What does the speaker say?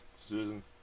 Susan